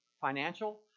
Financial